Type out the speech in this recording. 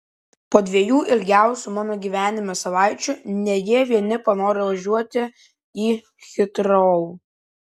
po dviejų ilgiausių mano gyvenime savaičių ne jie vieni panoro važiuoti į hitrou